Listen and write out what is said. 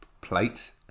plates